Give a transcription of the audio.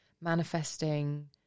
manifesting